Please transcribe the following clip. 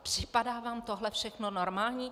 Připadá vám tohle všechno normální?